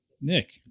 Nick